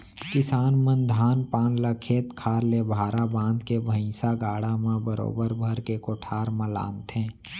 किसान मन धान पान ल खेत खार ले भारा बांध के भैंइसा गाड़ा म बरोबर भर के कोठार म लानथें